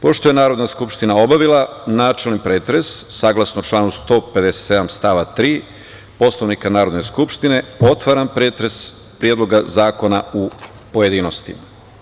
Pošto je Narodna skupština obavila načelni pretres saglasno članu 157. stav 3. Poslovnika Narodne skupštine, otvaram pretres Predloga zakona u pojedinostima.